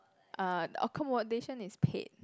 uh accommodation is paid